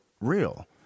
real